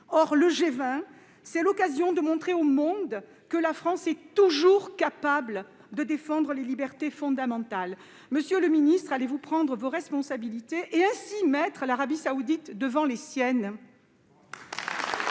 Or le G20 est l'occasion de montrer au monde que la France est toujours capable de défendre les libertés fondamentales. Monsieur le secrétaire d'État, allez-vous prendre vos responsabilités et mettre l'Arabie saoudite devant les siennes ?